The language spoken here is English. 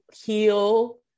heal